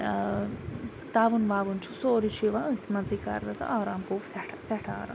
تَوُن وَوُن چھُ سورُے چھُ یِوان أتھۍٕ مَنٛزٕے کَرنہٕ تہٕ آرام گوٚو سیٚٹھاہ سیٚٹھاہ آرام گوٚو